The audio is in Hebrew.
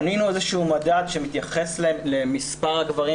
בנינו איזשהו מדד שמתייחס למספר הגברים